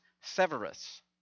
Severus